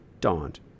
dawned